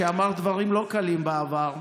שאמר דברים לא קלים בעבר,